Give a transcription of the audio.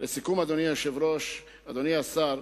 לסיכום, אדוני היושב-ראש, אדוני השר,